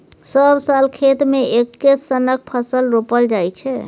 सब साल खेत मे एक्के सनक फसल रोपल जाइ छै